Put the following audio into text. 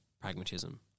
pragmatism